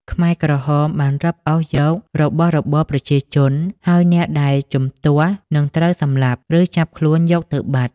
ខ្មែរក្រហមបានរឹបអូសយករបស់របរប្រជាជន ហើយអ្នកដែលជំទាស់នឹងត្រូវសម្លាប់ ឬចាប់ខ្លួនយកទៅបាត់។